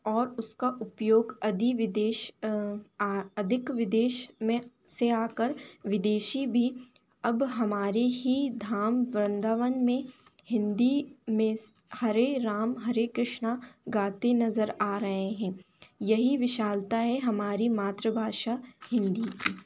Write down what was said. और उसका उपयोग अधि विदेश अधिक विदेश में से आकर विदेशी भी अब हमारी ही धाम वृंदावन में हिंदी में हरे राम हरे कृष्ण गाते नज़र आ रहे हैं यही विशालता है हमारी मातृभाषा हिंदी की